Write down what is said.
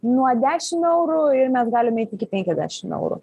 nuo dešim eurų ir mes galim eit iki penkiasdešim eurų